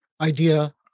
idea